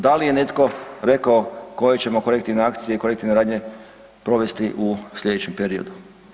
Da li je netko rekao koje ćemo korektivne akcije i korektivne radnje provesti u slijedećem periodu?